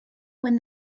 when